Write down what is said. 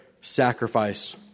sacrifice